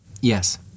Yes